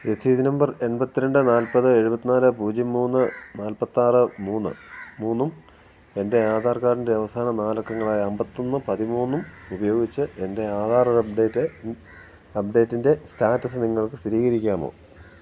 രസീത് നമ്പർ എൺപത്തിരണ്ട് നാൽപ്പത് എഴുപത്തിനാല് പൂജ്യം മൂന്ന് നാൽപ്പത്തിയാറ് മൂന്നും എൻ്റെ ആധാർ കാഡിൻ്റെ അവസാന നാലക്കങ്ങളായ അമ്പത്തിയൊന്ന് പതിമൂന്നും ഉപയോഗിച്ച് എൻ്റെ ആധാര് അപ്ഡേറ്റിൻ്റെ സ്റ്റാറ്റസ് നിങ്ങൾക്ക് സ്ഥിരീകരിക്കാമോ